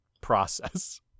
process